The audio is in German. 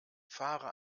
fahre